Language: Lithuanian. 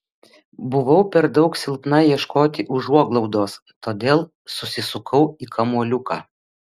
buvau per daug silpna ieškoti užuoglaudos todėl susisukau į kamuoliuką